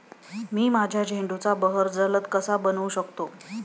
मी माझ्या झेंडूचा बहर जलद कसा बनवू शकतो?